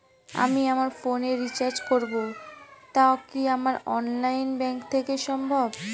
আমি আমার ফোন এ রিচার্জ করব টা কি আমার অনলাইন ব্যাংক থেকেই সম্ভব?